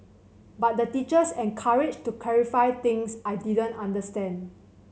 but the teachers encouraged to clarify things I didn't understand